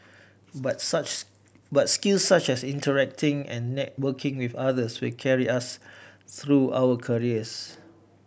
but such but skills such as interacting and networking with others will carry us through our careers